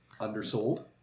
undersold